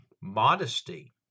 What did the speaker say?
modesty